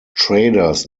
traders